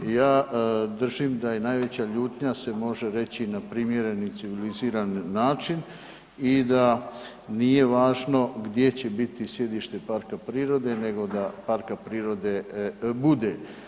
Ja držim da je najveća ljutnja se može reći na primjeren i civiliziran način i da nije važno gdje će biti sjedište parka prirode, nego da parka prirode bude.